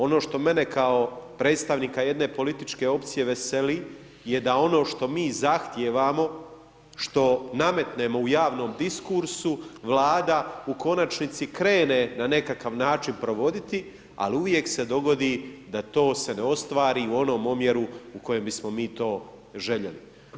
Ono što mene kao predstavnika jedne političke opcije veseli je da ono što mi zahtijevamo, što nametnemo u javnom diskursu, Vlada u konačnici krene na nekakav način provoditi ali uvijek se dogodi da to se ne ostvari u onom omjeru u kojem bismo mi to željeli.